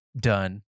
done